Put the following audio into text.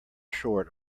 short